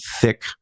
thick